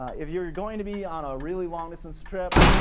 if you're you're going to be on a really long distance trip,